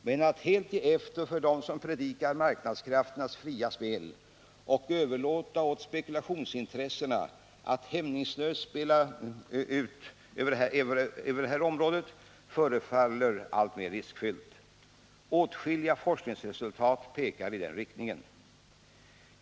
Men att helt ge efter för dem som predikar marknadskrafternas fria spel och överlåta åt spekulationsintressena att hämningslöst spela även på detta område förefaller alltmer riskfyllt. Åtskilliga forskningsresultat pekar i den riktningen.